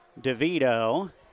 DeVito